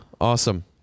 awesome